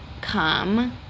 come